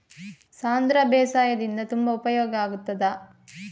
ಸಾಂಧ್ರ ಬೇಸಾಯದಿಂದ ತುಂಬಾ ಉಪಯೋಗ ಆಗುತ್ತದಾ?